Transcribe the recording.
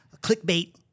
clickbait